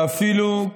ואפילו,